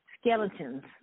skeletons